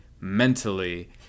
mentally